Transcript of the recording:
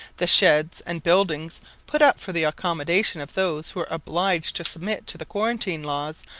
the sheds and buildings put up for the accommodation of those who are obliged to submit to the quarantine laws,